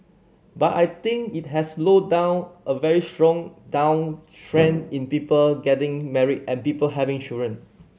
but I think it has slowed down a very strong downtrend in people getting married and people having children